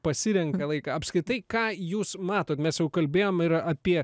pasirenka laiką apskritai ką jūs matot mes jau kalbėjom ir apie